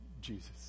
Jesus